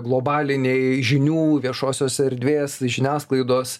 globaliniai žinių viešosios erdvės žiniasklaidos